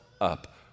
up